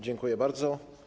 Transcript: Dziękuję bardzo.